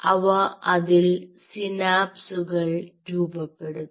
അവ അതിൽ സിനാപ്സുകൾ രൂപപ്പെടുത്തും